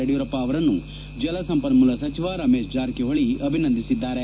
ಯಡಿಯೂರಪ್ಪ ಅವರನ್ನು ಜಲಸಂಪನ್ನೂಲ ಸಚಿವ ರಮೇಶ್ ಜಾರಕಿಹೊಳಿ ಅಭಿನಂದಿಸಿದ್ದಾರೆ